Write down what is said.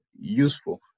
useful